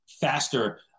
faster